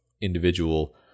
individual